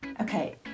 Okay